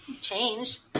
change